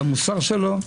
למוסר שלו,